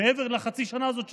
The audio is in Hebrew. מעבר לחצי השנה הזאת שקיצרו.